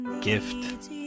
gift